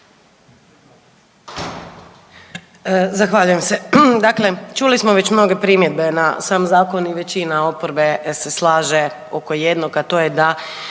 Zahvaljujem se. Dakle čuli smo već mnoge primjedbe na sam Zakon i većina oporbe se slaže oko jednog, a to je da